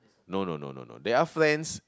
no no no no no they're friends